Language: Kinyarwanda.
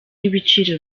ibiciro